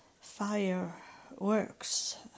fireworks